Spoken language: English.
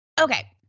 Okay